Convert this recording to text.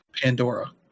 Pandora